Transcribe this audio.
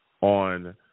on